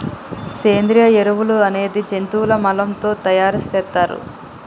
సేంద్రియ ఎరువులు అనేది జంతువుల మలం తో తయార్ సేత్తర్